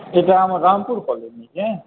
ଏ ଯେଉଁ ଆମର ରାମପୁର କଲେଜ୍ ଯେ